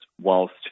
whilst